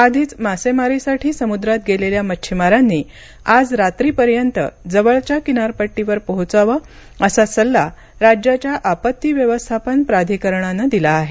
आधीच मासेमारीसाठी समुद्रात गेलेल्या मच्छिमारांनी आज रात्रीपर्यंत जवळच्या किनारपट्टीवर पोहोचावं असा सल्ला राज्याच्या आपत्ती व्यवस्थापन प्राधिकरणानं दिला आहे